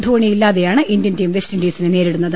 ധോണി ഇല്ലാതെയാണ് Indian team വെസ്റ്റിൻഡീസിനെ നേരിടുന്നത്